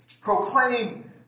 Proclaim